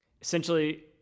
Essentially